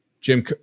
Jim